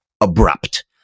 abrupt